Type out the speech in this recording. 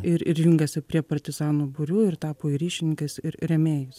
ir ir jungėsi prie partizanų būrių ir tapo jų ryšininkais ir rėmėjais